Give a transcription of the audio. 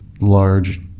large